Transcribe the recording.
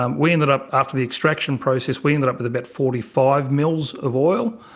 um we ended up, after the extraction process, we ended up with about forty five mls of oil.